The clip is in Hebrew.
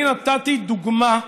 אני נתתי דוגמה,